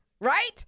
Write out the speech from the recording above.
Right